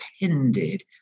depended